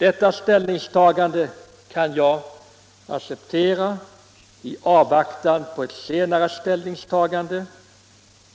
Detta kan jag acceptera, och